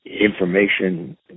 information